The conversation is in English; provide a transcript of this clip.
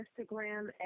Instagram